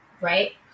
right